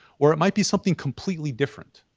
or it might be something completely different.